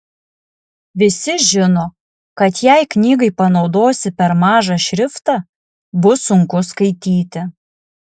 visi žino kad jei knygai panaudosi per mažą šriftą bus sunku skaityti